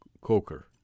Coker